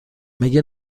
مگه